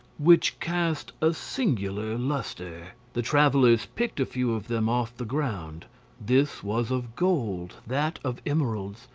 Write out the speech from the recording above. which cast a singular lustre! the travellers picked a few of them off the ground this was of gold, that of emeralds,